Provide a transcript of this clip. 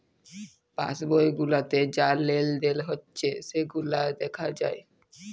pass বই গুলাতে যা লেলদেল হচ্যে সেগুলা দ্যাখা যায়